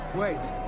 Wait